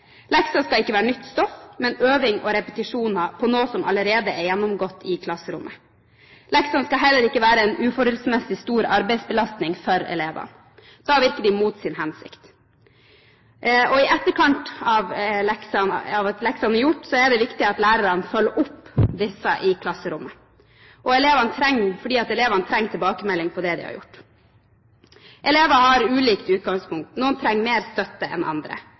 skal ikke være nytt stoff, men øving på og repetisjon av noe som allerede er gjennomgått i klasserommet. Leksene skal heller ikke være en uforholdsmessig stor arbeidsbelastning for elevene. Da virker de mot sin hensikt. I etterkant av at leksene er gjort, er det viktig at lærerne følger opp i klasserommet, fordi elevene trenger tilbakemelding på det de har gjort. Elever har ulikt utgangspunkt. Noen trenger mer støtte enn andre.